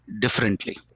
differently